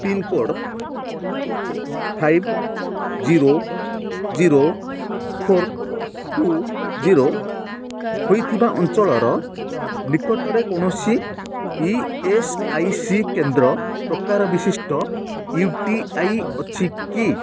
pincode five zero zero four two zero ହୋଇଥିବା ଅଞ୍ଚଳର ନିକଟରେ କୌଣସି ଇ ଏସ୍ ଆଇ ସି କେନ୍ଦ୍ର ପ୍ରକାର ବିଶିଷ୍ଟ ୟୁ ଟି ଆଇ ଅଛି କି